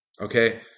okay